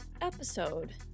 episode